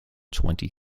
twenty